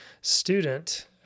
student